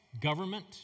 government